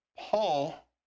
Paul